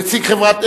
נציג חֶברת,